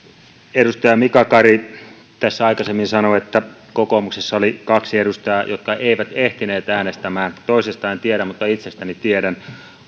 edustaja mika kari tässä aikaisemmin sanoi että kokoomuksessa oli kaksi edustajaa jotka eivät ehtineet äänestämään toisesta en tiedä mutta itsestäni tiedän